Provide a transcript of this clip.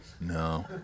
No